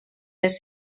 les